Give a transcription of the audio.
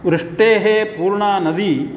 वृष्टेः पूर्णा नदी